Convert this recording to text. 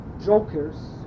jokers